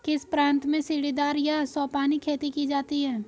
किस प्रांत में सीढ़ीदार या सोपानी खेती की जाती है?